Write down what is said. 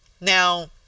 Now